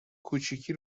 کوچیکی